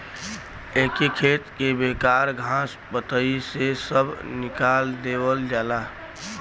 एके खेत के बेकार घास पतई से सभ निकाल देवल जाला